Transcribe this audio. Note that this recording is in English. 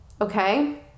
Okay